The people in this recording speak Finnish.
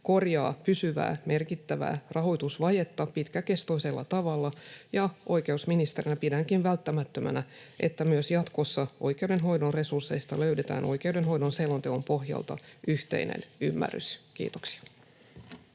korjaa pysyvää merkittävää rahoitusvajetta pitkäkestoisella tavalla, ja oikeusministerinä pidänkin välttämättömänä, että myös jatkossa oikeudenhoidon resursseista löydetään oikeudenhoidon selonteon pohjalta yhteinen ymmärrys. — Kiitoksia.